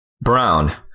Brown